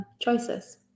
choices